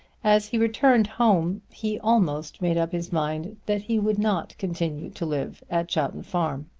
as he returned home he almost made up his mind that he would not continue to live at chowton farm.